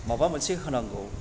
माबा मोनसे होनांगौ